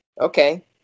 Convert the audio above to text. okay